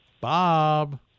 Bob